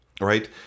right